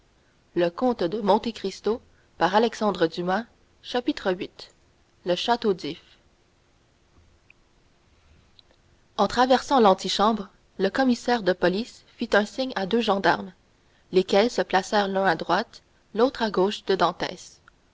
la maison de sa fiancée viii le château d'if en traversant l'antichambre le commissaire de police fit un signe à deux gendarmes lesquels se placèrent l'un à droite l'autre à gauche de dantès